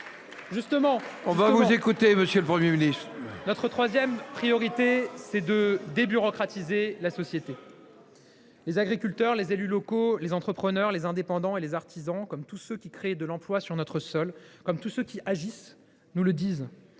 ! Nous vous écoutons, monsieur le Premier ministre. Notre troisième priorité, c’est de débureaucratiser la société. Les agriculteurs, les élus locaux, les entrepreneurs, les indépendants et les artisans, tous ceux qui créent de l’emploi sur notre sol, tous ceux qui agissent, nous le disent